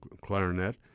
clarinet